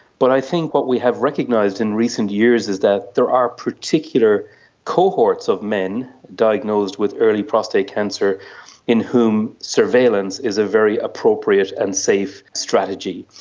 but i think what we have recognised in recent years is that there are particular cohorts of men diagnosed with early prostate cancer in whom surveillance is a very appropriate and safe strategy.